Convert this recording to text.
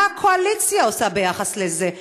מה הקואליציה עושה ביחס לזה?